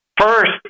first